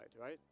right